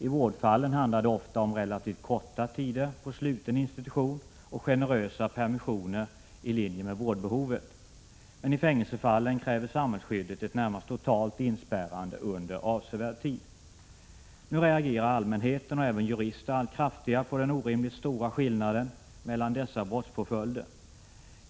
I vårdfallen handlar det ofta om relativt korta tider på sluten institution och generösa permissioner i linje med vårdbehovet. Men i fängelsefallen kräver samhällsskyddet ett närmast totalt inspärrande under avsevärd tid. Nu reagerar allmänheten och även jurister allt kraftigare på den orimligt stora skillnaden mellan dessa brottspåföljder.